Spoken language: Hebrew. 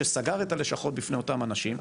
שסגר את הלשכות בפני אותם אנשים,